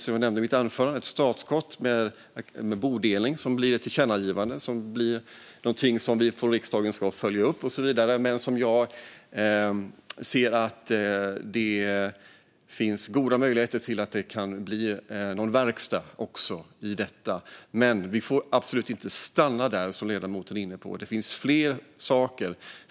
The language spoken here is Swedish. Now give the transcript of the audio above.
Som jag nämnde i mitt anförande får bodelning bli ett startskott, som blir ett tillkännagivande, som blir något som vi från riksdagen ska följa upp och så vidare. Jag ser att det finns goda möjligheter att det kan bli verkstad också med detta, men vi får absolut inte stanna där, som ledamoten var inne på. Det finns fler saker.